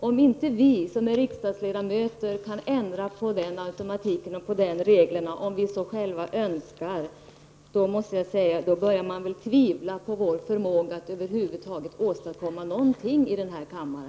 Om inte vi, som är riksdagsledamöter, kan ändra på den automatiken i reglerna när vi så själva önskar, börjar man väl tvivla på vår förmåga att över huvud taget åstadkomma någonting i denna kammare.